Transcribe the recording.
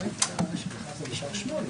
הישיבה נעולה.